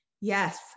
Yes